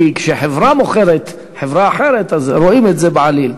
כי כשחברה מוכרת חברה אחרת אז רואים את זה בעליל,